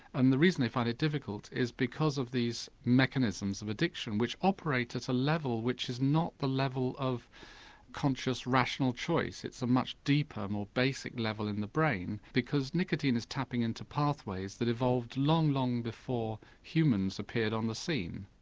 and the reason they find it difficult is because of these mechanisms of addiction which operate at a level which is not the level of conscious rational choice, it's a much deeper more basic level in the brain tbecause nicotine is tapping into pathways that evolved long, long before humans appeared on the scene.